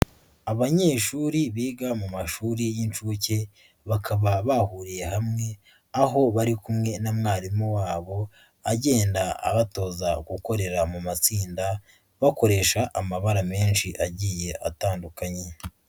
Abanyeshuri biga mu mashuri y'inshuke bakaba bahuriye hamwe, aho bari kumwe na mwarimu wabo agenda abatoza gukorera mu matsinda bakoresha amabara menshi agiye atandukanye.